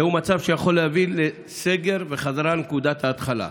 זהו מצב שיכול להביא לסגר וחזרה לנקודת ההתחלה.